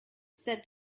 said